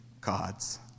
God's